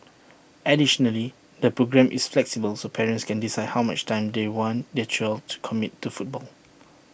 additionally the programme is flexible so parents can decide how much time they want their child to commit to football